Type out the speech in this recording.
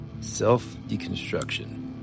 Self-Deconstruction